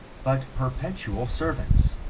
but perpetual servants.